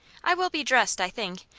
i will be dressed, i think,